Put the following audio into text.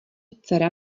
dcera